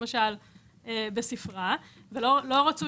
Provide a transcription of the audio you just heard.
למה דרשתם את המעורבות בכל שלב?